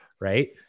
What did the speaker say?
Right